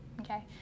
okay